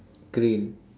green